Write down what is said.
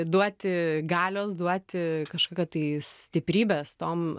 duoti galios duoti kažkokio tais stiprybės tom